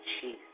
Jesus